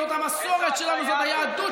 אתה באמת